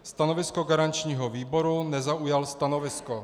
Stanovisko garančního výboru nezaujal stanovisko.